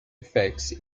effects